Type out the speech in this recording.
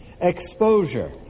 exposure